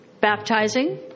baptizing